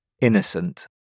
Innocent